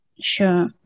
Sure